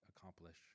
accomplish